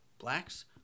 blacks